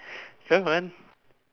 come on